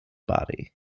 body